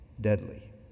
deadly